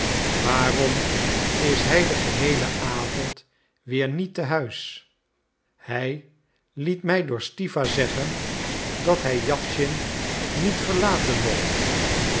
waarom is hij den geheelen avond weer niet te huis hij liet mij door stiwa zeggen dat hij jawschin niet verlaten mocht